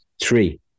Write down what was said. Three